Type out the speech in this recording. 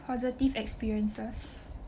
positive experiences